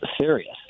serious